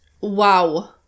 wow